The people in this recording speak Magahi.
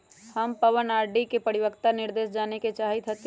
हम अपन आर.डी के परिपक्वता निर्देश जाने के चाहईत हती